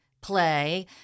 play